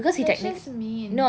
that's just mean